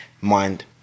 mind